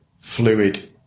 fluid